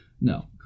no